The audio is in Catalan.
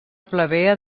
plebea